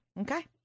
Okay